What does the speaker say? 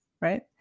right